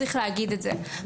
צריך להגיד את זה.